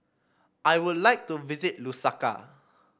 I would like to visit Lusaka